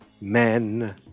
Men